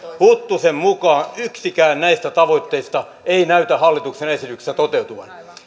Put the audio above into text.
huttusen mukaan yksikään näistä tavoitteista ei näytä hallituksen esityksessä toteutuvan